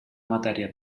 matèria